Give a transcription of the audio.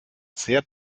sehr